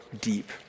deep